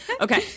Okay